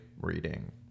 reading